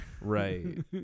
right